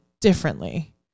differently